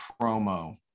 promo